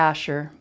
Asher